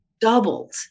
Doubled